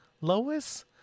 Lois